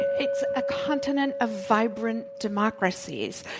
it's a continent of vibrant democracies.